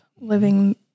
living